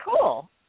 cool